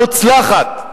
מוצלחת.